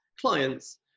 clients